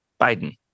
Biden